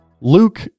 Luke